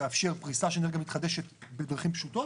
תאפשר פריסה של אנרגיה מתחדשת בדרכים פשוטות.